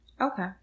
Okay